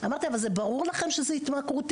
אמרתי לה אבל זה ברור לכם שזה התמכרותי?